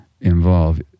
involve